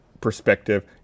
perspective